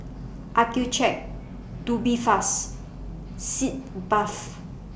Accucheck Tubifast Sitz Bath